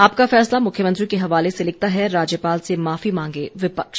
आपका फैसला मुख्यमंत्री के हवाले से लिखता है राज्यपाल से माफी मांगे विपक्ष